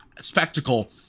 spectacle